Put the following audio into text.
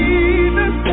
Jesus